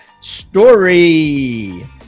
story